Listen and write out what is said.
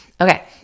Okay